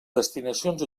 destinacions